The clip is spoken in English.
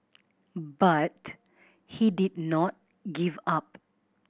but he did not give up